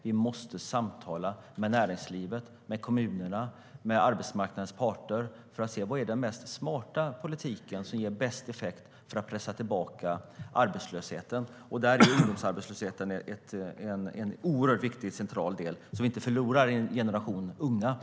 Vi måste samtala med näringslivet, kommunerna och arbetsmarknadens parter för att se vad som är den smartaste politiken som ger bäst effekt för att pressa tillbaka arbetslösheten. Ungdomsarbetslösheten är en oerhört viktig och central del i det så att vi inte förlorar en generation unga.